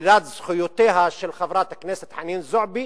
שלילת זכויותיה של חברת הכנסת חנין זועבי